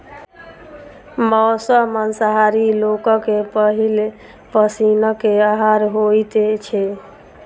मौस मांसाहारी लोकक पहिल पसीनक आहार होइत छै